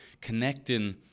connecting